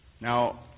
Now